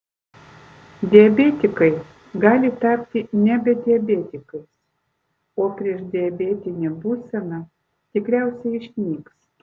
diabetikai gali tapti nebe diabetikais o priešdiabetinė būsena tikriausiai išnyks